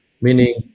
Meaning